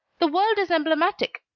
the world is emblematic.